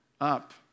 up